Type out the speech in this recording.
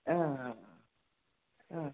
ಹಾಂ ಹಾಂ